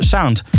Sound